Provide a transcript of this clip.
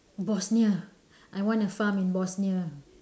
Bosnia I want a farm in Bosnia